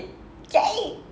!yay!